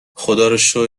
خداروشکر